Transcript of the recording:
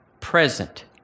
present